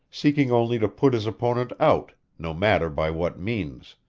seeking only to put his opponent out, no matter by what means.